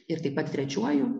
ir taip pat trečiuoju